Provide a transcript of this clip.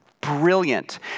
brilliant